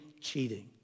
cheating